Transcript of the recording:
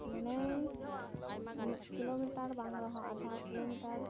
ᱢᱟᱱᱮ ᱢᱤᱫ ᱠᱤᱞᱳᱢᱤᱴᱟ ᱵᱟᱝ ᱨᱮᱦᱚᱸ ᱟᱫᱷᱟ ᱠᱤᱞᱳᱢᱤᱴᱟᱨ